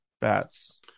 bats